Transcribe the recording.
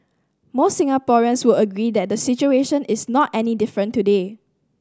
most Singaporeans would agree that the situation is not any different today